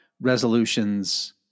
resolutions